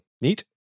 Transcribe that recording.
neat